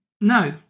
no